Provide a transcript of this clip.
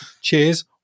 Cheers